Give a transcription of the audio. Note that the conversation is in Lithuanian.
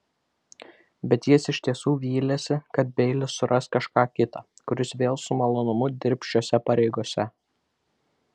bet jis iš tiesų vylėsi kad beilis suras kažką kitą kuris vėl su malonumu dirbs šiose pareigose